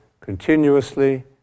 continuously